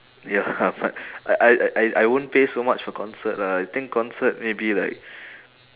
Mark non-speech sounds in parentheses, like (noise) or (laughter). ya (laughs) I I I I I won't pay so much for concert lah I think concert maybe like